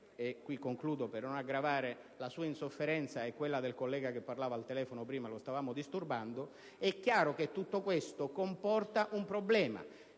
Concludo, per non aggravare la sua insofferenza e quella del collega che parlava al telefono prima e che stavamo disturbando. È chiaro che tutto questo comporta un problema,